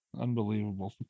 Unbelievable